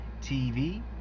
tv